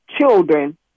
children